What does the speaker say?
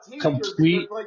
complete